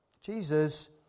Jesus